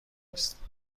نیست